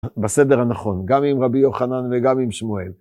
בסדר הנכון, גם עם רבי יוחנן וגם עם שמואל.